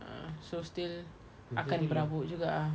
a'ah so still akan berabuk juga ah